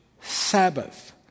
Sabbath